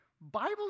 Bible